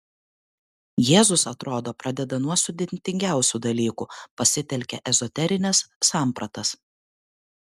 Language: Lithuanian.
jėzus atrodo pradeda nuo sudėtingiausių dalykų pasitelkia ezoterines sampratas